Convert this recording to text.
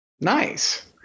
Nice